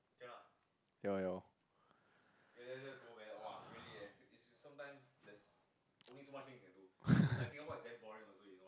ya ya lor